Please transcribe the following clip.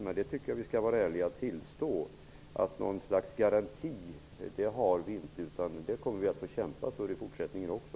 Jag tycker att vi skall tillstå att vi inte har någon garanti. Vi kommer att få kämpa för den i fortsättningen också.